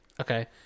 Okay